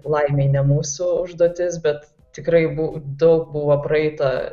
laimei ne mūsų užduotis bet tikrai buvo daug buvo praeita